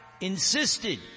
insisted